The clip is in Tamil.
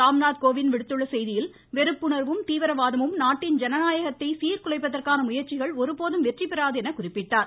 ராம்நாத் கோவிந்த் விடுத்துள்ள செய்தியில் வெறுப்புணர்வும் தீவிரவாதமும் நாட்டின் ஜனநாயகத்தை சீர்குலைப்பதற்கான முயற்சிகள் ஒருபோதும் வெற்றி பெறாது என்றும் குறிப்பிட்டார்